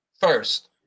first